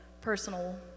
personal